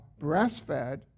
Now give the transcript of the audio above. breastfed